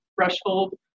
threshold